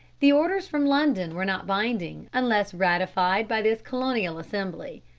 the orders from london were not binding unless ratified by this colonial assembly.